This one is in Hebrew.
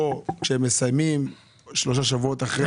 או כשהם מסיימים שלושה שבועות?